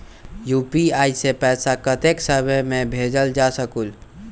UPI से पैसा कतेक समय मे भेजल जा स्कूल?